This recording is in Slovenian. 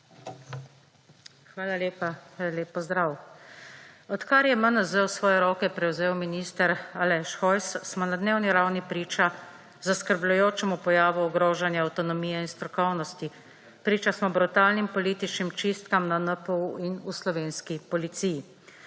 Hvala lepa. Lep pozdrav! Odkar je MNZ v svoje roke prevzel minister Aleš Hojs, smo na dnevni ravni priča zaskrbljujočemu pojavu ogrožanja avtonomije in strokovnosti. Priča smo brutalnim političnim čistkam na NPU in v slovenski policiji.